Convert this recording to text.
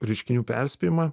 reiškinių perspėjimą